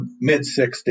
mid-60s